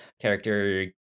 character